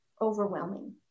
overwhelming